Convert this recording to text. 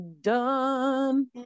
done